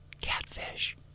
catfish